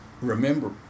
remember